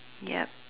yup